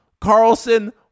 Carlson